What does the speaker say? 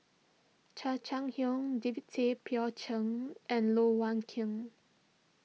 Chan Chang How David Tay Poey Cher and Loh Wai Kiew